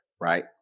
right